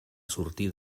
sortir